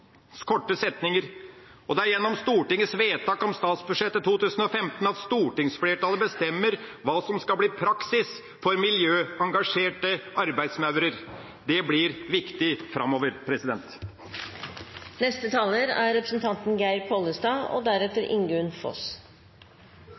korte setninger. Og det er gjennom Stortingets vedtak om statsbudsjettet for 2015 at stortingsflertallet bestemmer hva som skal bli praksis for miljøengasjerte arbeidsmaur. Det blir viktig framover. Senterpartiet vil ta hele landet i bruk. Det betyr at vi vil ha vekst og